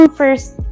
first